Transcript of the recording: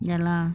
ya lah